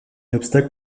obstacle